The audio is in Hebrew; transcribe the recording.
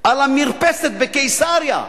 על המרפסת בקיסריה.